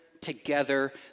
together